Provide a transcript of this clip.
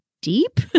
deep